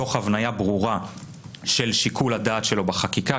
תוך הבנייה ברורה של שיקול הדעת שלו בחקיקה,